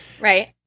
Right